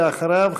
ואחריו,